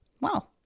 Wow